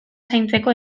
zaintzeko